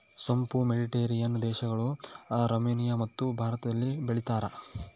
ಸೋಂಪು ಮೆಡಿಟೇರಿಯನ್ ದೇಶಗಳು, ರುಮೇನಿಯಮತ್ತು ಭಾರತದಲ್ಲಿ ಬೆಳೀತಾರ